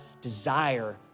desire